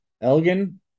Elgin